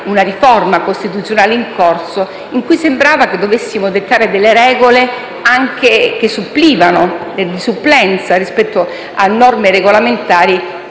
una riforma costituzionale in corso in cui sembrava che dovessimo dettare regole anche di supplenza rispetto a norme regolamentari,